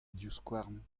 divskouarn